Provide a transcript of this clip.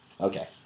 Okay